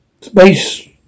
space